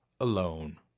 alone